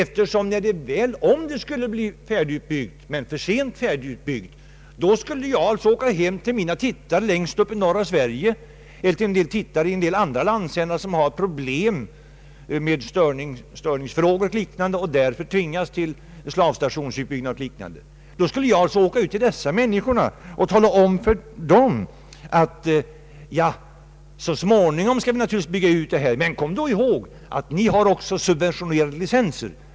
Jag skulle alltså, om detta TV-nät blir utbyggt men för sent, åka hem till tittarna längst uppe i norr och till tittare i en del andra landsändar, som har problem med TV-störningar o.s.v. och därför tvingas till slavstationsutbyggnad, och tala om för dem att TV-nätet naturligtvis så småningom skall byggas ut. Men jag skulle också be dem komma ihåg att de har en subventionerad licens.